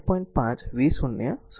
5 v0 0